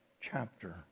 chapter